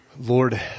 Lord